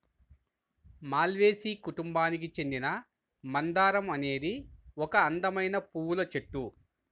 మాల్వేసి కుటుంబానికి చెందిన మందారం అనేది ఒక అందమైన పువ్వుల చెట్టు